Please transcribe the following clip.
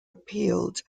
appealed